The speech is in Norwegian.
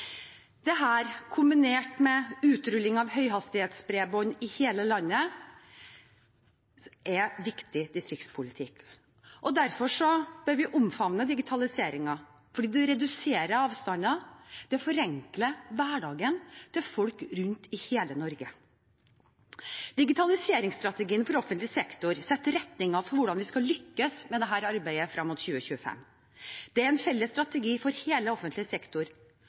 kombinert med utrullingen av høyhastighetsbredbånd i hele landet, er viktig distriktspolitikk. Derfor bør vi omfavne digitaliseringen, for den reduserer avstander, og den forenkler hverdagen til folk rundt i hele Norge. Digitaliseringsstrategien for offentlig sektor setter retningen for hvordan vi skal lykkes med dette arbeidet frem mot 2025. Dette er en felles strategi for hele offentlig sektor,